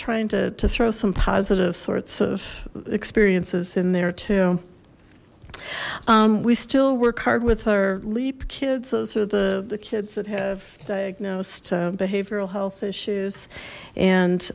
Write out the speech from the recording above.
trying to throw some positive sorts of experiences in there too we still work hard with our leap kids those are the the kids that have diagnosed behavioral health issues and